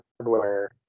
hardware